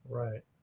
right